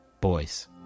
boys